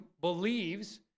believes